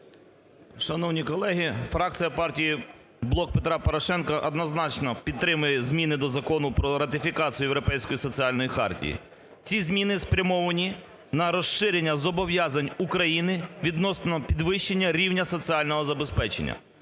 Шановні колеги, фракція партії "Блок Петра Порошенка" однозначно підтримує зміни до Закону про ратифікацію Європейської соціальної хартії. Ці зміни спрямовані на розширення зобов'язань України відносно підвищення рівня соціального забезпечення.